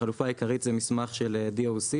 החלופה העיקרית היא מסמך של DOC,